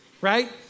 right